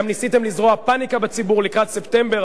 גם ניסיתם לזרוע פניקה בציבור לקראת ספטמבר.